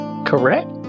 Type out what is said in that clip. Correct